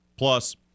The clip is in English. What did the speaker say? Plus